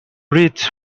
reach